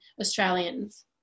Australians